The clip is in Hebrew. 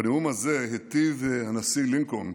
בנאום הזה היטיב הנשיא לינקולן